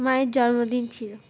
মায়ের জন্মদিন ছিল